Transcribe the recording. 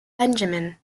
benjamin